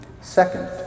Second